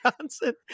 Johnson